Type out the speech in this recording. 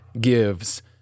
gives